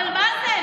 אבל מה זה?